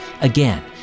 Again